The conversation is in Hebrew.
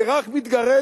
זה רק מתגרה,